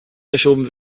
verschoben